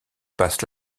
passe